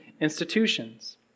institutions